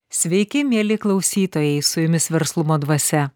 sveiki mieli klausytojai su jumis verslumo dvasia